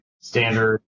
standard